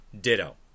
Ditto